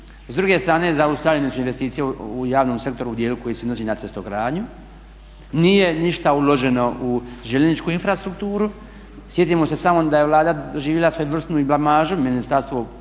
S druge strane zaustavljene su investicije u javnom sektoru u dijelu koji se odnosi na cestogradnju, nije ništa uloženo u željezničku infrastrukturu. sjetimo se samo da je Vlada doživjela svojevrsnu blamažu u Ministarstvu